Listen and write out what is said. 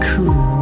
Cool